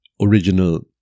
original